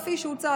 כפי שהוצע,